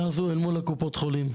הנקודה הוז אל מול קופות החולים.